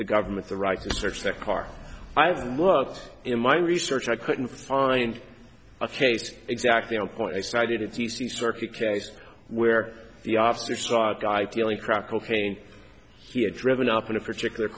the government the right to search their car i've looked in my research i couldn't find a case exactly on point i cited c c circuit case where the officer saw a guy peeling crack cocaine he had driven up in a particular